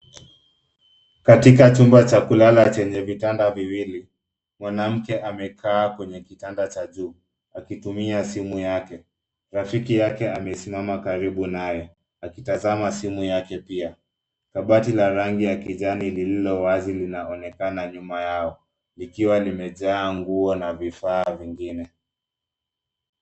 Katika chumba cha kulala chenye vitanda viwili. Mwanamke amekaa kwenye kitanda cha juu akitumia simu yake. Rafiki yake amesimama karibu naye, akitazama simu yake pia. Kabati la rangi ya kijani lililo wazi linaonekana nyuma yao likiwa limejaa nguo na vifaa vingine.